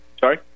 Sorry